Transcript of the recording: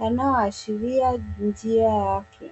yanayoashiria njia yake.